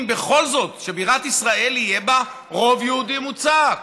בכל זאת שבבירת ישראל יהיה רוב יהודי מוצק.